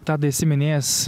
tadai esi minėjęs